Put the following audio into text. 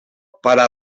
para